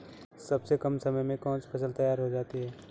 सबसे कम समय में कौन सी फसल तैयार हो जाती है?